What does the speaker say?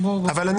אבל אני